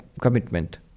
commitment